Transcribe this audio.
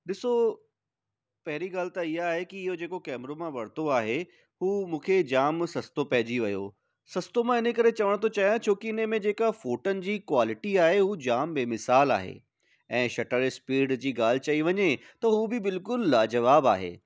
ॾिसो पहिरी ॻाल्हि त इहा आहे की इहो जेको केमिरो मां वरितो आहे हू मूंखे जामु सस्तो पहिजी वियो सस्तो मां इने करे चवण थो चाहियां छो की हिने में जेका फोटनि जी क्वालिटी आहे उहा जामु बेमिसाल आहे ऐं शटर स्पीड जी ॻाल्हि चई वञे त हू बि बिल्कुलु लाजवाबु आहे